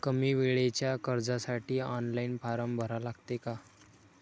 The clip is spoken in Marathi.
कमी वेळेच्या कर्जासाठी ऑनलाईन फारम भरा लागते का?